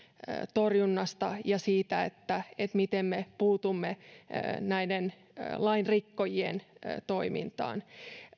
torjunnasta ja siitä miten puutumme näiden lainrikkojien toimintaan